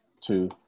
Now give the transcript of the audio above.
two